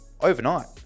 overnight